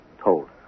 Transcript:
told